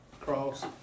Cross